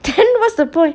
then what's the point